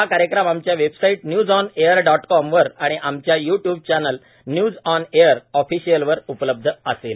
हा कार्यक्रम आमच्या website news on air dot com वर आणि आमच्या YouTube channel news on air official वर उपलब्ध असेल